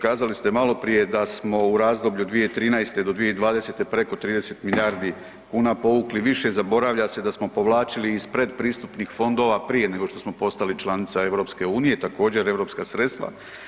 Kazali ste maloprije da smo u razdoblju 2013.-2020. preko 30 milijardi kuna povukli više, zaboravlja se da smo povlačili iz predpristupnih fondova prije nego što smo postali članica EU, također europska sredstva.